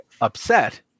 upset